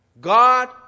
God